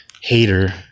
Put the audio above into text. hater